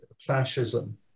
fascism